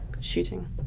shooting